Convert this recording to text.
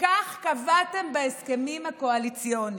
כך קבעתם בהסכמים הקואליציוניים.